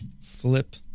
flip